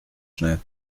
schnell